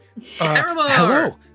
hello